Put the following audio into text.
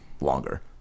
longer